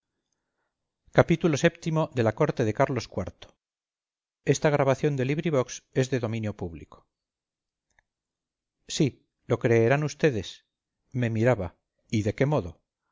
xxvi xxvii xxviii la corte de carlos iv de benito pérez galdós sí lo creerán vds me miraba y de qué modo